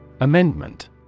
Amendment